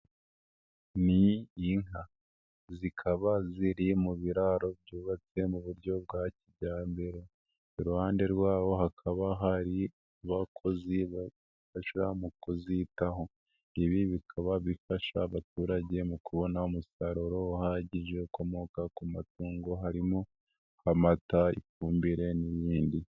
Ni inka. Zikaba ziri mu biraro byubatse mu buryo bwa kijyambere. Iruhande rwabo hakaba hari abakozi bafasha mukuzitaho, ibi bikaba bifasha abaturage mu kubona umusaruro uhagije ukomoka ku matungo harimo amata, ifumbire n'ibindi.